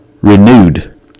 renewed